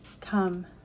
come